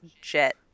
jet